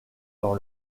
dans